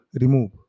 remove